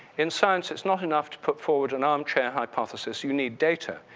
in science, it's not enough to put forward an armchair hypothesis, you need data.